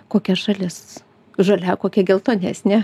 kokia šalis žalia kokia geltonesnė